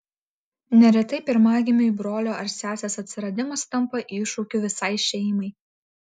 neretai pirmagimiui brolio ar sesės atsiradimas tampa iššūkiu visai šeimai